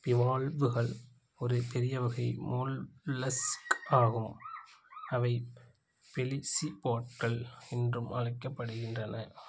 பிவால்வுகள் ஒரு பெரிய வகை மோல்லஸ்க் ஆகும் அவை பெலிசிபாட்கள் என்றும் அழைக்கப்படுகின்றன